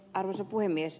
arvoisa puhemies